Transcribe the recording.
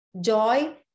joy